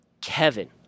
Kevin